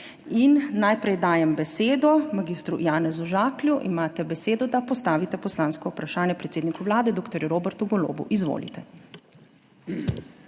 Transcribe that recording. Najprej dajem besedo mag. Janezu Žaklju. Imate besedo, da postavite poslansko vprašanje predsedniku Vlade dr. Robertu Golobu. Izvolite.